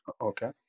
Okay